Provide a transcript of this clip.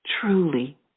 Truly